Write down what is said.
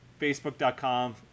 Facebook.com